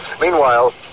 Meanwhile